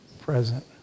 Present